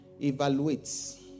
Evaluates